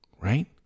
Right